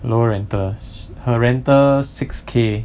lower rental her rental six K